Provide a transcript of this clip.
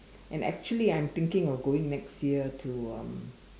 and actually I'm thinking of going next year to um